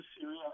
Syria